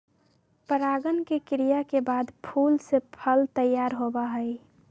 परागण के क्रिया के बाद फूल से फल तैयार होबा हई